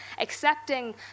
accepting